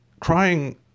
crying